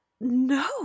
No